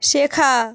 শেখা